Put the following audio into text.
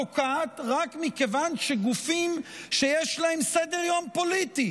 פוקעת רק מכיוון שגופים שיש להם סדר-יום פוליטי